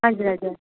हजुर हजुर